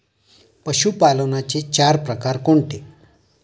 पशुपालनाचे चार प्रकार कोणते?